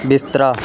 ਬਿਸਤਰਾ